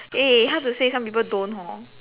eh hard to say some people don't hor